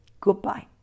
goodbye